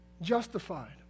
justified